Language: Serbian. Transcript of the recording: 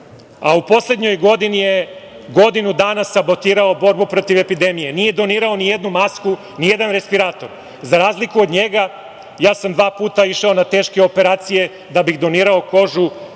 U poslednjoj godini je godinu dana sabotirao borbu protiv epidemije. Nije donirao ni jednu masku, ni jedan respirator. Za razliku od njega ja sam dva puta išao na teške operacije da bih donirao kožu